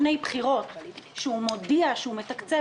כאשר לפני בחירות הוא מודיע שהוא מתקצב